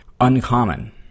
uncommon